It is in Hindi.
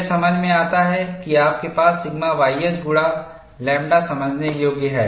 यह समझ में आता है कि आपके पास सिग्मा ys गुणा लैम्ब्डा समझने योग्य है